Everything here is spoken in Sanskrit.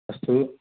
अस्तु